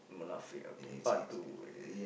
Munafik okay part two